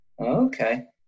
Okay